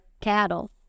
cattle